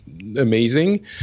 amazing